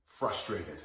Frustrated